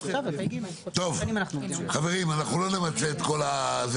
טוב חברים, אנחנו לא נמצה את כל זה.